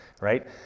right